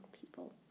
people